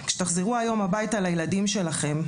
כשתחזרו היום הביתה לילדים שלכם,